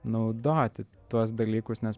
naudoti tuos dalykus nes